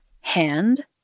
hand